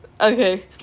Okay